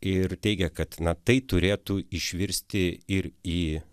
ir teigia kad na tai turėtų išvirsti ir į